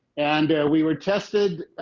and we were tested